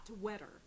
wetter